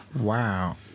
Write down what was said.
Wow